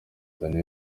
dany